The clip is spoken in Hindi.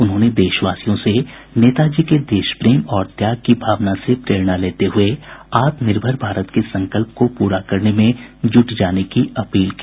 उन्होंने देशवासियों से नेताजी के देश प्रेम और त्याग की भावना से प्रेरणा लेते हुये आत्मनिर्भर भारत के संकल्प को पूरा करने में जुट जाने की अपील की